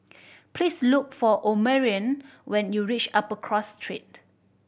please look for Omarion when you reach Upper Cross Street